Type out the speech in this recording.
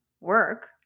work